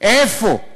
איפה?